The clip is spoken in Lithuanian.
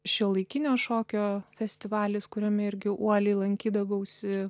šiuolaikinio šokio festivalis kuriame irgi uoliai lankydavausi